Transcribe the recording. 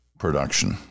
production